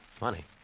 Money